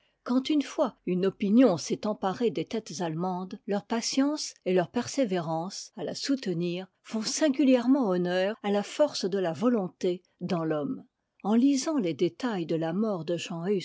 quand une fois une opinion s'est emparée des têtes allemandes leur patience et leur persévérance à la soutenir font singulièrement honneur à la force de la volonté dans t'homme en lisant les détails de la mort de jean